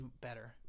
better